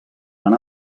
van